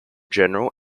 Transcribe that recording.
general